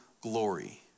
glory